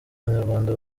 banyarwanda